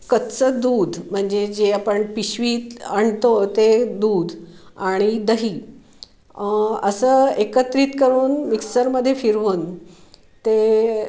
कच्चं दूध म्हणजे जे आपण पिशवीत आणतो ते दूध आणि दही असं एकत्रित करून मिक्सरमध्ये फिरवून ते